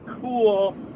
cool